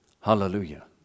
Hallelujah